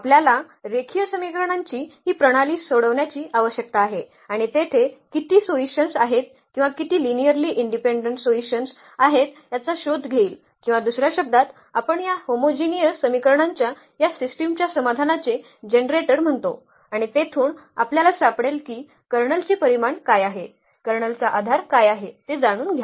आपल्याला रेखीय समीकरणांची ही प्रणाली सोडवण्याची आवश्यकता आहे आणि तेथे किती सोयूशन्स आहेत किंवा किती लिनियर्ली इनडिपेंडंट सोयूशन्स आहेत याचा शोध घेईल किंवा दुसर्या शब्दांत आपण या होमोजिनिअस समीकरणांच्या या सिस्टिमच्या समाधानाचे जनरेटर म्हणतो आणि तेथून आपल्याला सापडेल की कर्नलचे परिमाण काय आहे कर्नलचा आधार काय आहे ते जाणून घ्या